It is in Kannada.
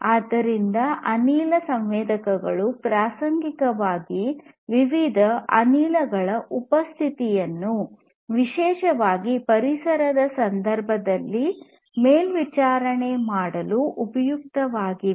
ಆದ್ದರಿಂದ ಅನಿಲ ಸಂವೇದಕಗಳು ಪ್ರಾಸಂಗಿಕವಾಗಿ ವಿವಿಧ ಅನಿಲಗಳ ಉಪಸ್ಥಿತಿಯನ್ನು ವಿಶೇಷವಾಗಿ ಪರಿಸರದ ಸಂದರ್ಭದಲ್ಲಿ ಮೇಲ್ವಿಚಾರಣೆ ಮಾಡಲು ಉಪಯುಕ್ತವಾಗಿವೆ